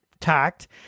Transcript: tact